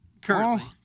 Currently